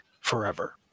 forever